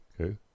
okay